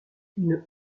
une